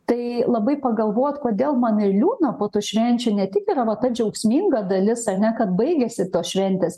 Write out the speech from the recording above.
tai labai pagalvot kodėl man ir liūdna po tų švenčių ne tik yra vat ta džiaugsminga dalis ar ne kad baigiasi tos šventės